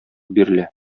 бирелә